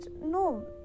no